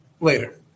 later